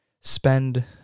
spend